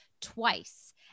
twice